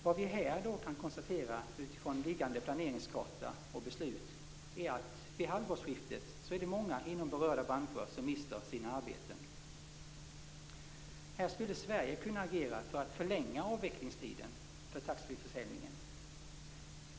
Vad vi här kan konstatera, utifrån liggande planeringskarta och beslut, är att det vid halvårsskiftet är många inom berörda branscher som mister sina arbeten. Här skulle Sverige kunna agera för att förlänga avvecklingstiden för taxfreeförsäljningen.